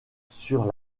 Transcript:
sur